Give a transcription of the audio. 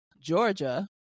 Georgia